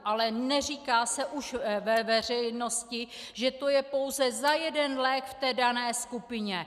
Ale neříká se už veřejnosti, že to je pouze za jeden lék v dané skupině.